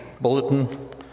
bulletin